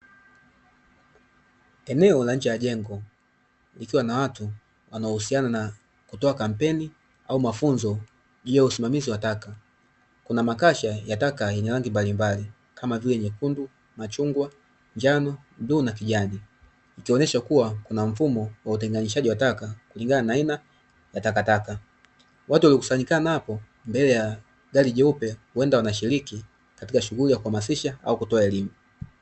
Eneo la nje ya jengo likiwa na watu anaohusiana na kutoa kampeni au mafunzo ya utoaji wa taka, kuna makasha ya taka yenye rangi mbalimbali kama vile nyekundu, bluu, njano na kijani ikionesha mfumo wa utenganishaji wa taka kulingana na aina ya takataka, watu waliokusanyikana hapo mbele ya gari jeupe huenda wanashiriki katika shughuli ya kuhamasisha au kutoa elimu .